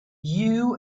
you